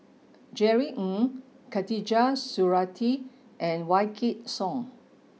Jerry Ng Khatijah Surattee and Wykidd Song